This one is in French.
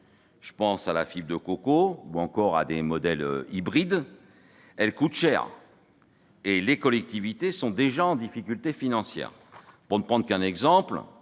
au liège, à la fibre de coco ou aux modèles hybrides -, elles coûtent cher. Or les collectivités sont déjà en difficulté financière. Pour ne prendre qu'un exemple,